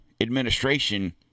administration